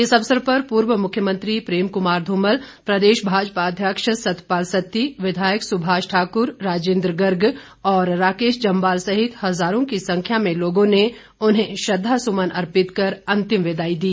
इस अवसर पर पूर्व मुख्यमंत्री प्रेम कुमार धूमल प्रदेश भाजपा अध्यक्ष सतपाल सत्ती विधायक सुभाष ठाकुर राजेन्द्र गर्ग और राकेश जम्वाल सहित हजारों की संख्या में लोगों ने उन्हें श्रद्धासुमन अर्पित कर अंतिम विदाई दी